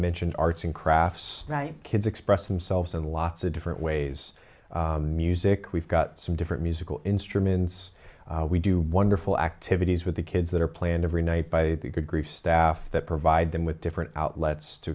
mentioned arts and crafts kids express themselves in lots of different ways music we've got some different musical instruments we do wonderful activities with the kids that are planned every night by the good grief staff that provide them with different outlets to